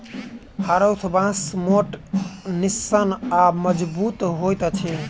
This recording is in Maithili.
हरोथ बाँस मोट, निस्सन आ मजगुत होइत अछि